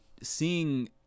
seeing